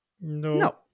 No